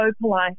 polite